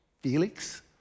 Felix